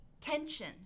tension